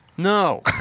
No